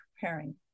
preparing